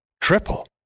Triple